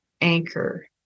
anchor